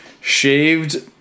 shaved